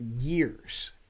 years